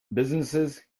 businesses